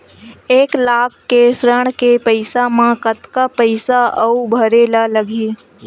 एक लाख के ऋण के पईसा म कतका पईसा आऊ भरे ला लगही?